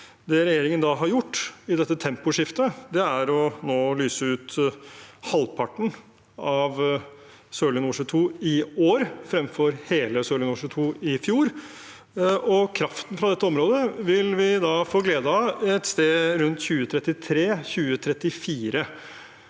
Det regjeringen har gjort i dette «temposkiftet», er å lyse ut halvparten av Sørlige Nordsjø II i år, fremfor hele Sørlige Nordsjø II i fjor. Kraften fra dette området vil vi få glede av et sted rundt 2033/2034.